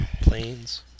Planes